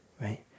right